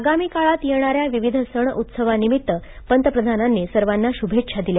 आगामी काळात येणाऱ्या विविध सण उत्सवांनिमित्त पंतप्रधानांनी सर्वांना शुभेच्छा दिल्या